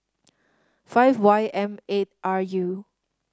five Y M eight R U